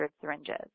syringes